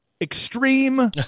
extreme